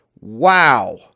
Wow